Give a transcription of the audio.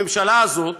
הממשלה הזאת,